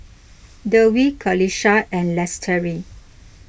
Dewi Qalisha and Lestari